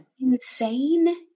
Insane